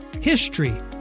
HISTORY